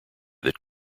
that